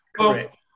Correct